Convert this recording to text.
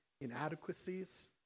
inadequacies